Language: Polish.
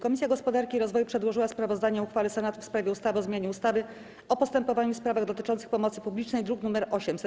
Komisja Gospodarki i Rozwoju przedłożyła sprawozdanie o uchwale Senatu w sprawie ustawy o zmianie ustawy o postępowaniu w sprawach dotyczących pomocy publicznej, druk nr 800.